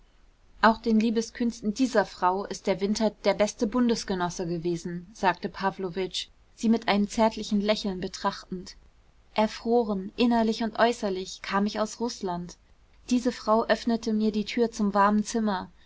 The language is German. auch den liebeskünsten dieser frau ist der winter der beste bundesgenosse gewesen sagte pawlowitsch sie mit einem zärtlichen lächeln betrachtend erfroren innerlich und äußerlich kam ich aus rußland diese frau öffnete mir die tür zum warmen zimmer